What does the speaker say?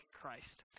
Christ